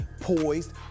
Poised